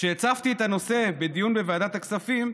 כשהצפתי את הנושא בדיון בוועדת הכספים,